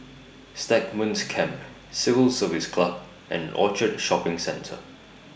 Stagmont Camp Civil Service Club and Orchard Shopping Centre